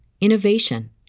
innovation